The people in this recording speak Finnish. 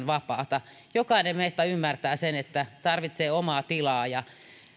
vapaata jokainen meistä ymmärtää sen että tarvitsee omaa tilaa ja